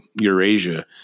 Eurasia